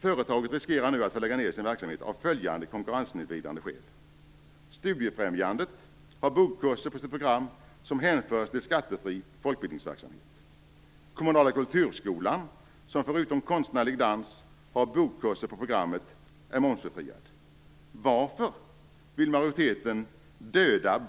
Företaget riskerar nu att få lägga ned sin verksamhet av följande konkurrenssnedvridande skäl: Studiefrämjandet har buggkurser på sitt program, som hänförs till skattefri folkbildningsverksamhet. Den kommunala kulturskolan, som förutom konstnärlig dans har buggkurser på programmet, är momsbefriad.